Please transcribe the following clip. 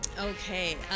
Okay